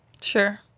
Sure